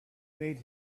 made